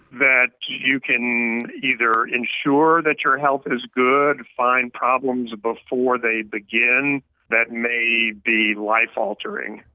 that you can either ensure that your health is good, find problems before they begin that may be life altering.